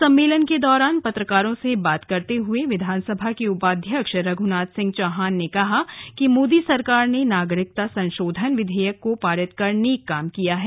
सम्मेलन के दौरान पत्रकारों से बात करते हुए विधानसभा के उपाध्यक्ष रघुनाथ सिंह चौहान ने कहा कि मोदी सरकार ने नागरिकता संसोधन विधेयक को पारित कर नेक काम किया है